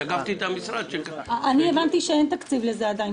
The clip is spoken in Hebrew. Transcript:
תקפתי את המשרד --- אני הבנתי שאין תקציב לזה עדיין,